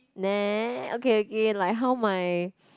[neh] okay okay like how my